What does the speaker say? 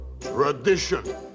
tradition